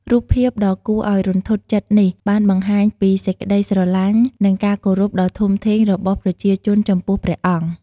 រូបភាពដ៏គួរឱ្យរន្ធត់ចិត្តនេះបានបង្ហាញពីសេចក្ដីស្រឡាញ់ និងការគោរពដ៏ធំធេងរបស់ប្រជាជនចំពោះព្រះអង្គ។